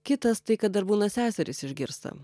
kitas tai kad dar būna seserys išgirsta